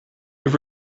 have